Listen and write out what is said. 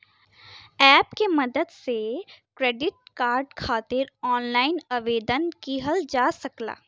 app के मदद से क्रेडिट कार्ड खातिर ऑनलाइन आवेदन किहल जा सकला